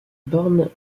born